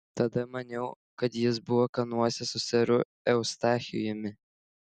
tada maniau kad jis buvo kanuose su seru eustachijumi